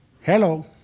Hello